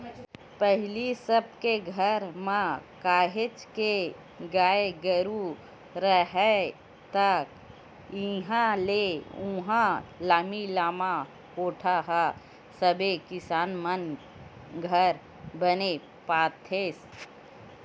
पहिली सब के घर म काहेच के गाय गरु राहय ता इहाँ ले उहाँ लामी लामा कोठा ह सबे किसान मन घर बने पातेस